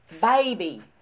Baby